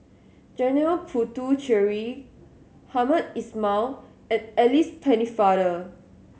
Janil Puthucheary Hamed Ismail and Alice Pennefather